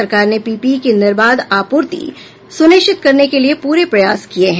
सरकार ने पीपीई की निर्बाध आपूर्ति सुनिश्चित करने के लिए पूरे प्रयास किए हैं